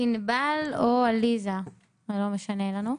ענבל או עליסה, זה לא משנה לנו.